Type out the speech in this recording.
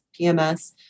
PMS